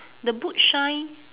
the boot shine